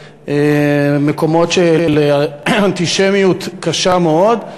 למקומות של אנטישמיות קשה מאוד.